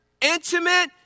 intimate